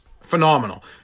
phenomenal